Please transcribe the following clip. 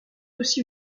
aussi